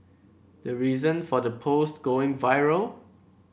the reason for the post going viral